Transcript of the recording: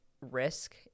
risk